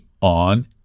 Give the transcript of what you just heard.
on